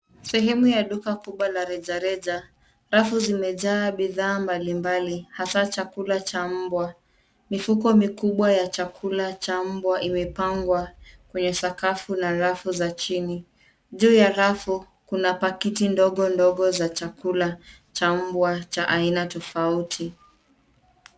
Sehemu ya duka kubwa la rejareja rafu zimejaa bidhaa mbalimbali hasa chakula cha mbwa. Mifuko mikubwa ya chakula cha mbwa imepangwa kwenye sakafu na rafu za chini. Juu ya rafu kuna pakiti ndogo ndogo za chakula cha umbwa cha aina tofauti.